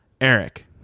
Eric